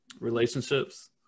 relationships